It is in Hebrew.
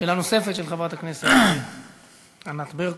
שאלה נוספת של חברת הכנסת ענת ברקו.